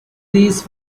these